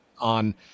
on